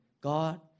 God